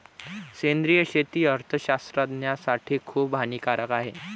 सेंद्रिय शेती अर्थशास्त्रज्ञासाठी खूप हानिकारक आहे